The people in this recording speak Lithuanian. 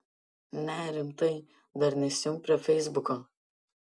ne rimtai dar nesijunk prie feisbuko